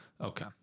Okay